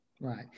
Right